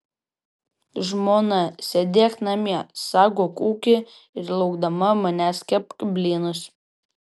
žmona sėdėk namie saugok ūkį ir laukdama manęs kepk blynus